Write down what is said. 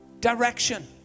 direction